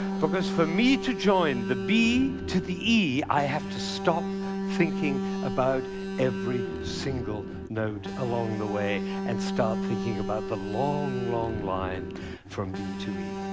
because for me, to join the b to the e, i have to stop thinking about every single note along the way, and start thinking about the long, long line from b to e.